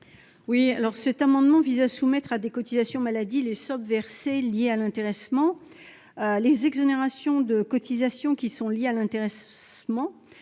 Cohen. Cet amendement vise à soumettre à des cotisations maladie les sommes versées au titre de l'intéressement. Les exonérations de cotisations qui sont liées à l'intéressement